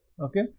okay